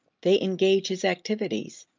they engage his activities,